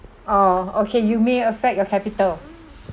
oh okay you may affect your capital